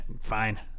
Fine